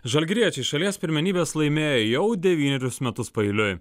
žalgiriečiai šalies pirmenybes laimėjo jau devynerius metus paeiliui